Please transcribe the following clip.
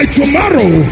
tomorrow